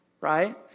right